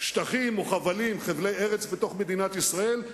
שטחים או חבלים, חבלי ארץ בתוך מדינת ישראל.